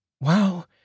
Wow